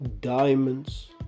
diamonds